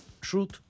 Truth